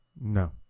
no